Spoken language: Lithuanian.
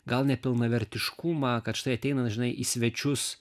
gal nepilnavertiškumą kad štai ateina žinai į svečius